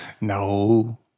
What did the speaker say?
No